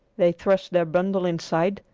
they thrust their bundle inside,